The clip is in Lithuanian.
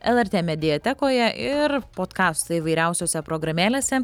lrt mediatekoje ir po podkast įvairiausiose programėlėse